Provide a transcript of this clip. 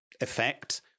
effect